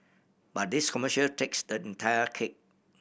but this commercial takes the entire cake